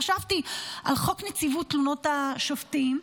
חשבתי על חוק נציבות תלונות השופטים,